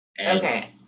Okay